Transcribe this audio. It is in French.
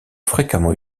fréquemment